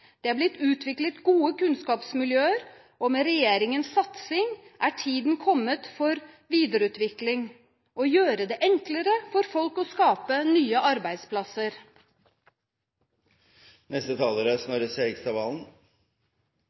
Det er blitt utviklet gode kunnskapsmiljøer, og med regjeringens satsing er tiden kommet for videreutvikling – og å gjøre det enklere for folk å skape nye